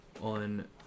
on